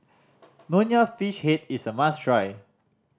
Nonya Fish Head is a must try